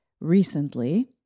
recently